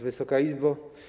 Wysoka Izbo!